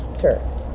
Sure